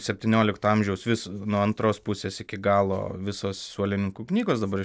septyniolikto amžiaus vis nuo antros pusės iki galo visos suolininkų knygos dabar